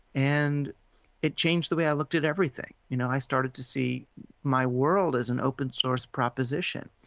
and it changed the way i looked at everything. you know, i started to see my world as an open source proposition,